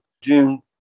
June